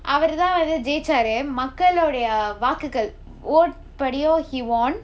அவருதான் இத ஜெய்ச்சாரு மக்களுடைய வாக்குக்கள்:avaruthaan itha jeichaaru makkaludaiya vaakkukkal vote படியும்:padiyum he won